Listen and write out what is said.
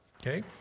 Okay